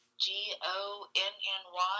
G-O-N-N-Y